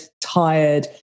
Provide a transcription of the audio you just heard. tired